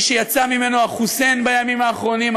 האיש שיצא ממנו ה"חוסיין" בימים האחרונים,